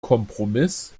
kompromiss